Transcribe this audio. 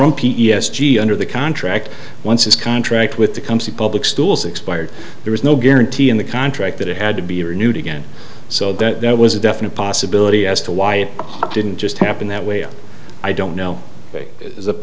from p s g under the contract once his contract with the company public schools expired there was no guarantee in the contract that it had to be renewed again so that was a definite possibility as to why it didn't just happen that way and i don't know the